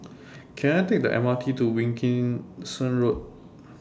Can I Take The M R T to Wilkinson Road